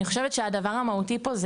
אני חושבת שהדבר המהותי פה,